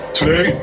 Today